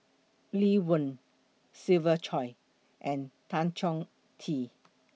Lee Wen Siva Choy and Tan Chong Tee